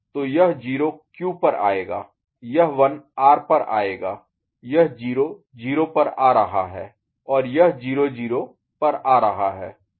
तो यह 0 क्यू पर आएगा यह 1 R पर आएगा यह 0 0 पर आ रहा है और यह 0 0 पर आ रहा है